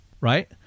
right